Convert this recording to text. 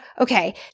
okay